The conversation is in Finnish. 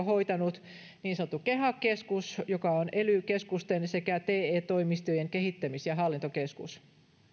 hoitanut niin sanottu keha keskus joka on ely keskusten sekä te toimistojen kehittämis ja hallintokeskus